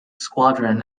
squadron